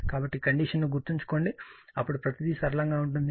కాబట్టి ఈ కండిషన్ ని గుర్తుంచుకోండి అప్పుడు ప్రతీది సరళంగా ఉంటుంది